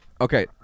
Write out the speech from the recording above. Okay